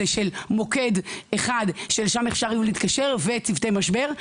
של מוקד אחד שלשם אפשר יהיה להתקשר וצוותי משבר.